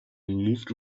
moved